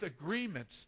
agreements